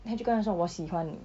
then 他就跟她说我喜欢你